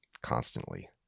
constantly